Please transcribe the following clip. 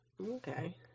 Okay